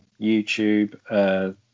youtube